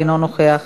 אינו נוכח,